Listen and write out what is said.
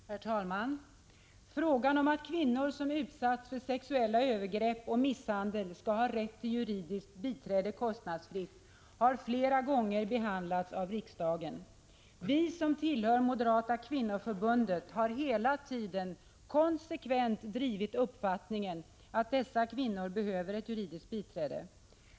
Herr talman! Frågan om att kvinnor som har utsatts för sexuella övergrepp och misshandel skall ha rätt till juridiskt biträde kostnadsfritt har flera gånger behandlats av riksdagen. Vi som tillhör moderata kvinnoförbundet har hela tiden konsekvent drivit uppfattningen att dessa kvinnor behöver ett juridiskt biträde.